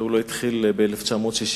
והוא לא התחיל ב-1967.